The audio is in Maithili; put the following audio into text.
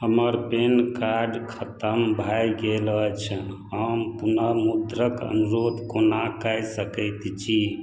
हमर पैन कार्ड खतम भए गेल अछि हम पुनर्मुद्रक अनुरोध कोना कै सकै छी